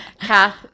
kath